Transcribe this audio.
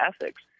ethics